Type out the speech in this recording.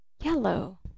yellow